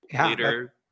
later